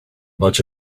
bunch